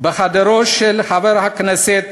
בחדרו של חבר הכנסת